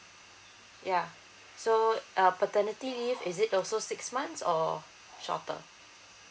ya so uh paternity leave is it also six months or shorter